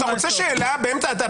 אתה רוצה שאלה באמצע,